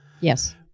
Yes